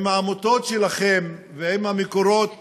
עם העמותות שלכם ועם המקורות הזדוניים,